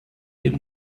dem